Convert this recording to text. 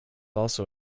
also